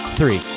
three